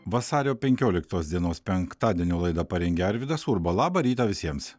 vasario penkioliktos dienos penktadienio laidą parengė arvydas urba labą rytą visiems